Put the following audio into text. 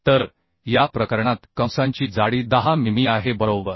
तर या प्रकरणात कंसांची जाडी 10 मिमी आहे बरोबर